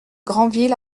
granville